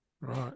Right